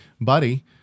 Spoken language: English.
buddy